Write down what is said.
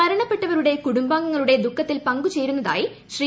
മരണപ്പെട്ടവരുടെ കൂടുംബാംഗങ്ങളുടെ ദുഖത്തിൽ പങ്കുചേരുന്നതായി ശ്രീ